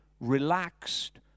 relaxed